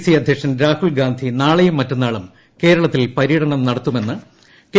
C അധ്യക്ഷൻ രാഹുൽ ഗാന്ധി നാളെയും മറ്റന്നുളും കേരളത്തിൽ പര്യടനം നടത്തുമെന്ന് കെ